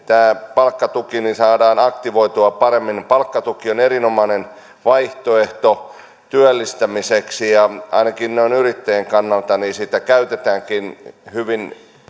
palkkatuki saadaan aktivoitua paremmin palkkatuki on erinomainen vaihtoehto työllistämiseksi ja ainakin yrittäjien kannalta sitä käytetäänkin hyvin